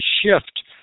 shift